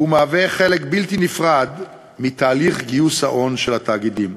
והוא חלק בלתי נפרד מתהליך גיוס ההון של התאגידים.